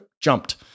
jumped